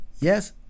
Yes